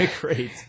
great